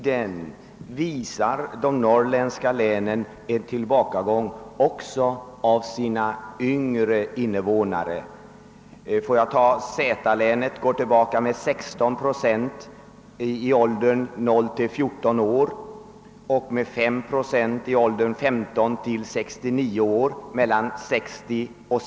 Denna statistik visar en tillbakagång 1 norrlandslänen också i de yngre åldersgrupperna. I Z-länet gick mellan 1960 och 1965 befolkningen i åldern under 14 år tillbaka med 16 procent och befolkningen i åldern 15—69 år tillbaka med 5 procent.